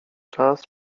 czas